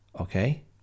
Okay